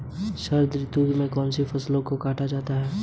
शरद ऋतु में कौन सी फसलों को काटा जाता है?